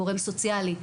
גורם סוציאלי,